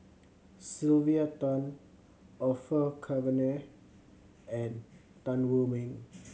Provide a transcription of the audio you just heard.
Sylvia Tan Orfeur Cavenagh and Tan Wu Meng